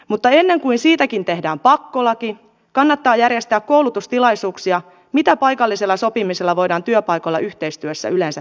mutta ennen kuin siitäkin tehdään pakkolaki kannattaa järjestää koulutustilaisuuksia siitä mitä paikallisella sopimisella voidaan työpaikoilla yhteistyössä yleensä tehdä